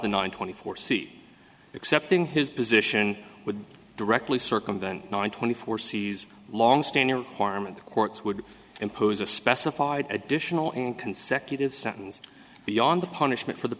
the nine twenty four c accepting his position would directly circumvent nine twenty four c's longstanding harm and the courts would impose a specified additional and consecutive sentence beyond the punishment for the